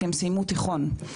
כי הם סיימו תיכון.